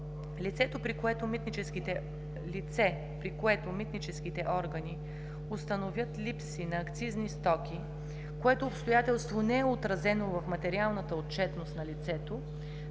Лице, при което митническите органи установят липси на акцизни стоки, което обстоятелство не е отразено в материалната отчетност на лицето,